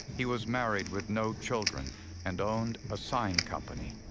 he was married with no children and owned a sign company.